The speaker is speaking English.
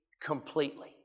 completely